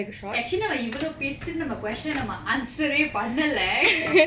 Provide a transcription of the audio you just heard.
actually நம்ம இவ்வளவு பேசி நம்ம:namma ivvalavu pesi namma question நம்ம:namma answer eh பண்ணல:pannala